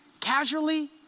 casually